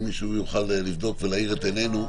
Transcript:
אם מישהו יוכל לבדוק ולהאיר את עינינו.